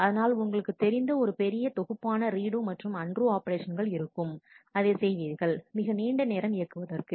அதனால் உங்களுக்குத் தெரிந்த ஒரு பெரிய தொகுப்பான ரீடு மற்றும் அண்டு ஆபரேஷன்கள் இருக்கும் அதைச் செய்வீர்கள் மிக நீண்ட நேரம் இயக்குவதற்கு